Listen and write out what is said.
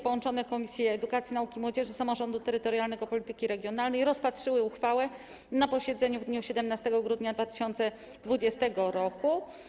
Połączone Komisje Edukacji, Nauki i Młodzieży oraz Samorządu Terytorialnego i Polityki Regionalnej rozpatrzyły uchwałę na posiedzeniu w dniu 17 grudnia 2020 r.